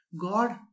God